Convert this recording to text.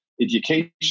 education